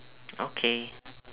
okay